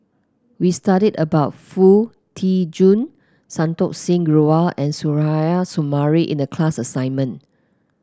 we studied about Foo Tee Jun Santokh Singh Grewal and Suzairhe Sumari in the class assignment